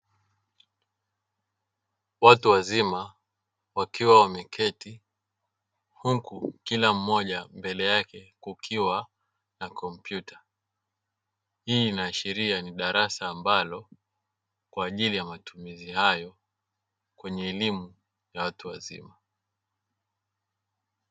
Watu wazima wakiwa wameketi huku kila mmoja mbele yake kukiwa na kompyuta. Hii inaashiria ni darasa ambalo kwaajili ya matumizi hayo kwenye elimu ya watu wazima.